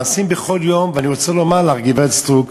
נעשים בכל יום, ואני רוצה לומר לך, גברת סטרוק,